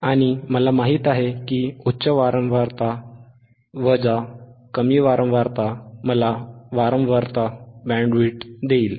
आणि मला माहित आहे की उच्च वारंवारता वजा कमी वारंवारता मला वारंवारता बँडविड्थ देईल